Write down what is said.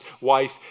wife